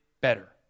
better